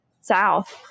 South